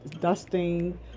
dusting